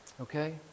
okay